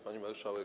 Pani Marszałek!